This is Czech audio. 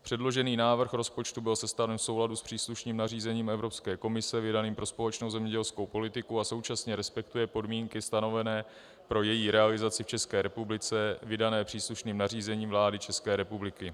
Předložený návrh rozpočtu byl sestaven v souladu s příslušnými nařízeními Evropské komise vydanými pro společnou zemědělskou politiku a současně respektuje podmínky stanovené pro její realizaci v České republice vydané příslušnými nařízeními vlády České republiky.